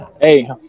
Hey